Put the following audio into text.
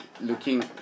looking